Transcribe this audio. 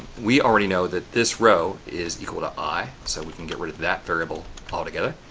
we already know that this row is equal to i so we can get rid of that variable altogether.